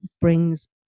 brings